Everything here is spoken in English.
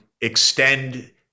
extend